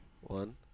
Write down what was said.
One